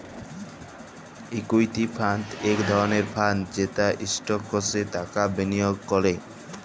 equity fund ইক ধরলের fund যেট ইস্টকসে টাকা বিলিয়গ ক্যরে